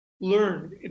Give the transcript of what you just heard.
learn